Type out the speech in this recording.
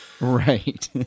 Right